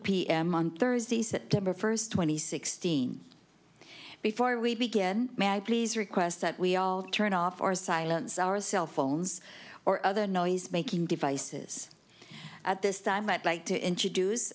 p m on thursday september first twenty sixteen before we begin maglis requests that we all turn off or silence our cell phones or other noisemaking devices at this time i'd like to introduce